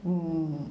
oh